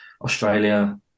Australia